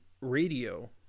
radio